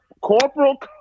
corporal